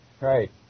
Right